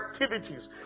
activities